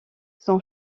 son